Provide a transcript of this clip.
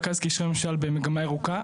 רכז קשרי ממשל במגמה ירוקה,